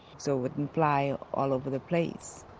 so it wouldn't fly all over the place.